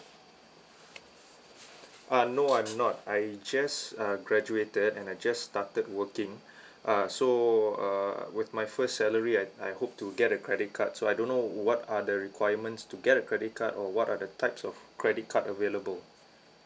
uh no I'm not I just uh graduated and I just started working uh so uh with my first salary I I hope to get a credit card so I don't know what are the requirements to get a credit card or what are the types of credit card available